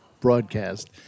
broadcast